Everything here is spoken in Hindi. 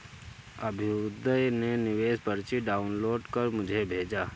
अभ्युदय ने निवेश पर्ची डाउनलोड कर मुझें भेजा